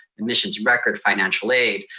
admissions and record, financial aid,